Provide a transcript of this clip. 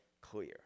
clear